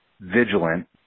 vigilant